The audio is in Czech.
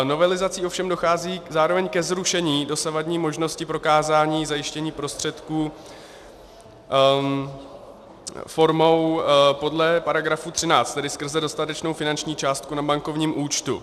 Novelizací ovšem dochází zároveň ke zrušení dosavadní možnosti prokázání zajištění prostředků formou podle § 13, tedy skrze dostatečnou finanční částku na bankovním účtu.